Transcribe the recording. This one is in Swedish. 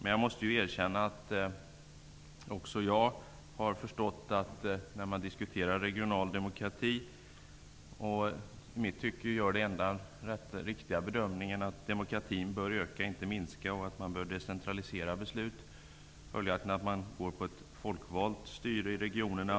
När beredningen diskuterar regional demokrati görs den i mitt tycke enda riktiga bedömningen, att demokratin bör öka i stället för att minska och att besluten behöver decentraliseras samt att det följaktligen bör vara ett folkvalt styre i regionerna.